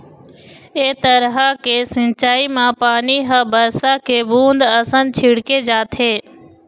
ए तरह के सिंचई म पानी ह बरसा के बूंद असन छिड़के जाथे